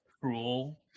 cruel